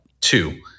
two